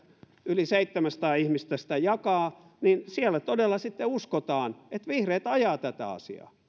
yli seitsemänsataa ihmistä sitä jakaa niin siellä todella sitten uskotaan että vihreät ajavat tätä asiaa